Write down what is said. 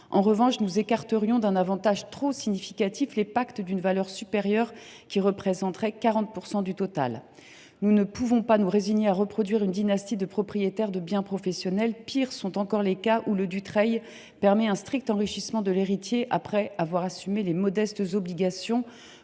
En revanche, nous écarterions d’un avantage trop significatif les pactes d’une valeur supérieure, qui représenteraient 40 % du total. Nous ne pouvons pas nous résigner à reproduire une dynastie de propriétaires de biens professionnels. Pis, il existe des cas où le Dutreil permet un important enrichissement de l’héritier après qu’il a assumé les modestes obligations